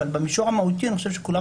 אבל במישור המהותי אני חושב שכולם